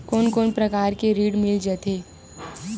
कोन कोन प्रकार के ऋण मिल जाथे?